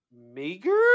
meager